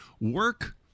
work